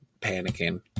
panicking